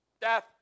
death